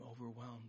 overwhelmed